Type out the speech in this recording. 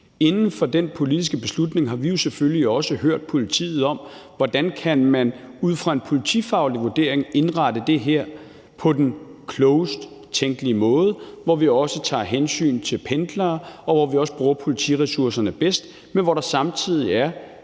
Inden for den politiske beslutning har vi jo selvfølgelig også hørt politiet, hvordan man ud fra en politifaglig vurdering kan indrette det her på den klogest tænkelige måde, hvor vi også tager hensyn til pendlere, og hvor vi også bruger politiressourcerne bedst, men hvor der samtidig er